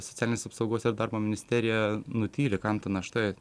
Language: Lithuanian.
socialinės apsaugos ir darbo ministerija nutyli kam ta našta